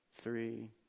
Three